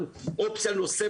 גם אזרחים לא מקבלים